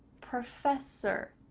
professor,